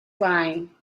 wine